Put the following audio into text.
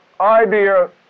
idea